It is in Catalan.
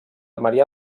maria